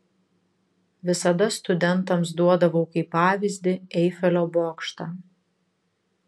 visada studentams duodavau kaip pavyzdį eifelio bokštą